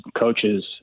coaches